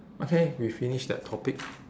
okay we finish that topic